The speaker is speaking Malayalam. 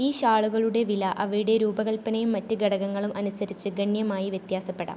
ഈ ഷാളുകളുടെ വില അവയുടെ രൂപകൽപ്പനയും മറ്റ് ഘടകങ്ങളും അനുസരിച്ച് ഗണ്യമായി വ്യത്യാസപ്പെടാം